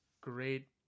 great